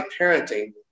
parenting